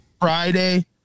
Friday